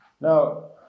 Now